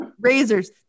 razors